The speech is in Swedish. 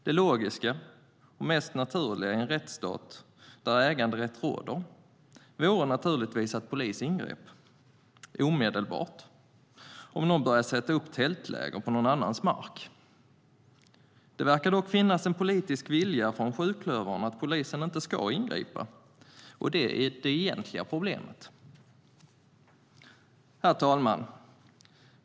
Det logiska och mest naturliga i en rättsstat, där äganderätt råder, vore naturligtvis att polis omedelbart skulle ingripa om någon börjar sätta upp tältläger på någon annans mark. Det verkar dock finnas en politisk vilja från sjuklövern att polisen inte ska ingripa, och det är det egentliga problemet. Herr talman!